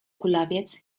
kulawiec